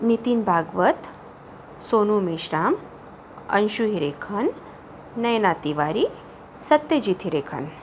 Nitin Bhagwat Sonu Meshram Anshu Hirekhan Nayana Tiwari Satyajit Hirekhan